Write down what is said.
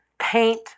Paint